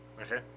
okay